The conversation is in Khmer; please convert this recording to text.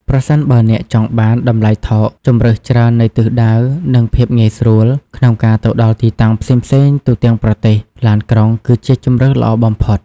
ប្រសិនបើអ្នកចង់បាន តម្លៃថោក ជម្រើសច្រើននៃទិសដៅ និង ភាពងាយស្រួល ក្នុងការទៅដល់ទីតាំងផ្សេងៗទូទាំងប្រទេស ឡានក្រុង គឺជាជម្រើសល្អបំផុត។